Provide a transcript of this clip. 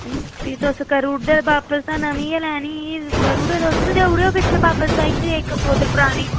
फ्ही तुस करी ओड़दे हे बापस ते नमीं गै लैनी ही करी ओड़ेओ तुस बी ते ओड़ेओ पिच्छें बापस भाई कि इक बोतल परानी